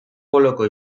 poloko